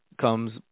comes